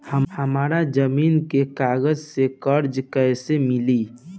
हमरा जमीन के कागज से कर्जा कैसे मिली?